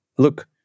Look